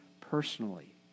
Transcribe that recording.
personally